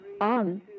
on